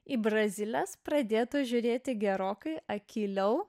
į braziles pradėta žiūrėti gerokai akyliau